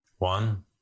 One